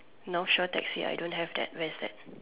no show taxi I don't have that where is that